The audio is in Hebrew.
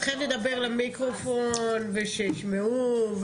לדבר למיקרופון ושישמעו.